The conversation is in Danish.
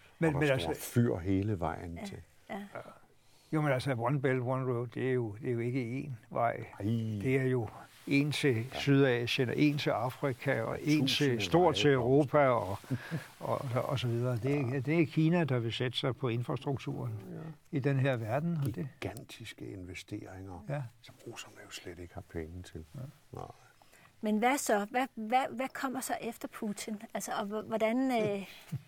Og Men- der men står altså- et fyr hele vejen Ja, til. ja. Jo, men altså, one belt, one road, det er jo- det er jo ikke én vej. Ej. Det er jo én til Ja. Sydasien, og én til Afrika, og Ja, én til- tusinde stort veje til blomster. Europa, og- og- og så videre. Det er- Ja. det er Kina, der vil sætte sig på infrastrukturen Ja. i den her verden, og det- Gigantiske investeringer, Ja. som russerne jo slet ikke har penge til. Ja. Nej. Men hvad så? Hvad- hvad- hvad kommer så efter Putin? Altså, og h- hvordan, øh,